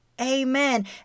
Amen